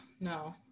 no